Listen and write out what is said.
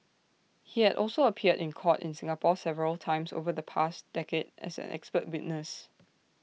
he had also appeared in court in Singapore several times over the past decade as an expert witness